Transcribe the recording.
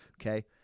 Okay